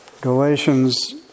Galatians